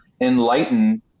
enlighten